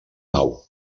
nau